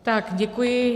Tak děkuji.